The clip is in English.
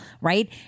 right